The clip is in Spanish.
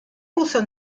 puso